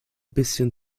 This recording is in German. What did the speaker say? bisschen